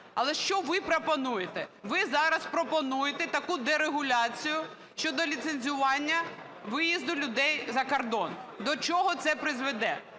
Але що ви пропонуєте? Ви зараз пропонуєте таку дерегуляцію щодо ліцензування виїзду людей за кордон. До чого це призведе?